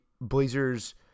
Blazers